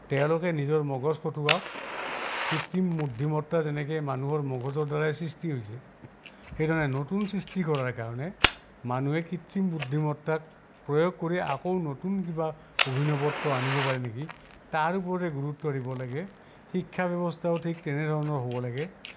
তেওঁলোকে নিজৰ মগজ খটুৱাওক কৃত্ৰিম বুদ্ধিমত্তা যেনেকে মানুহৰ মগজৰ দ্বাৰাই সৃষ্টি হৈছে সেইকাৰণে নতুন সৃষ্টি কৰাৰ কাৰণে মানুহে কৃত্ৰিম বুদ্ধিমত্তাক প্ৰয়োগ কৰি আকৌ নতুন কিবা অভিনৱত্ৰ আনিব পাৰে নেকি তাৰ ওপৰতে গুৰুত্ব দব লাগে শিক্ষা ব্যৱস্থাও ঠিক তেনেধৰণৰ হ'ব লাগে